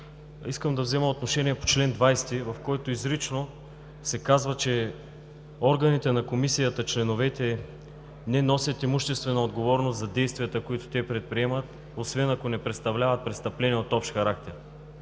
Искам да взема отношение по чл. 20, в който изрично се казва, че органите на Комисията – членовете, не носят имуществена отговорност за действията, които те предприемат, освен ако не представляват престъпление от общ характер.